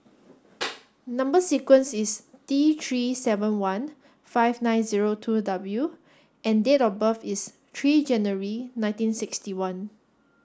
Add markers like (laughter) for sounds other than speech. (noise) number sequence is T three seven one five nine zero two W and date of birth is three January nineteen sixty one